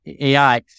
AI